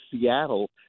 Seattle